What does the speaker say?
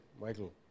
Michael